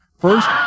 First